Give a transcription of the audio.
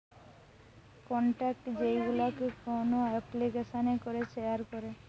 contact যেইগুলো কোন এপ্লিকেশানে করে শেয়ার করে